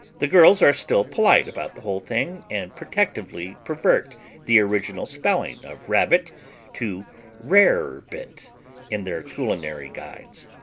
the girls are still polite about the whole thing and protectively pervert the original spelling of rabbit to rarebit in their culinary guides.